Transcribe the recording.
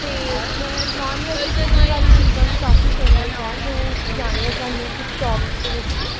ਅਤੇ ਉੱਥੇ non vegetarian ਵਾਲੀ ਚੀਜ਼ਾਂ ਵੀ ਕਾਫ਼ੀ ਫੇਮਸ ਹੈ ਜੋ ਜਾਣੀਆਂ ਜਾਂਦੀਆਂ ਕੁਛ ਸ਼ੋਪਸ ਦੇ ਵਿੱਚ